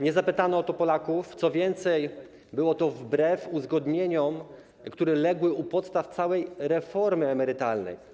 Nie zapytano o to Polaków, co więcej, było to wbrew uzgodnieniom, które legły u podstaw całej reformy emerytalnej.